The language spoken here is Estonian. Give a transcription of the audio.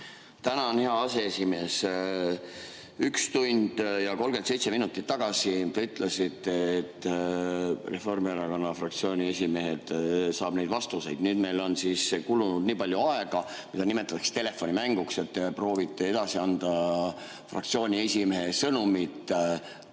Tänan, hea aseesimees! Üks tund ja 37 minutit tagasi te ütlesite, et Reformierakonna fraktsiooni esimehelt saab neid vastuseid. Nüüd meil on kulunud nii palju aega, mida nimetatakse telefonimänguks, et proovite edasi anda fraktsiooni esimehe sõnumit